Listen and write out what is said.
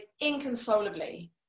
inconsolably